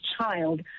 Child